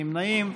אין נמנעים.